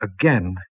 again